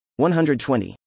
120